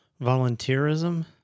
Volunteerism